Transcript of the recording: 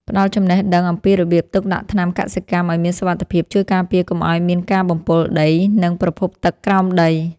ផ្ដល់ចំណេះដឹងអំពីរបៀបទុកដាក់ថ្នាំកសិកម្មឱ្យមានសុវត្ថិភាពជួយការពារកុំឱ្យមានការបំពុលដី និង ប្រភពទឹកក្រោមដី។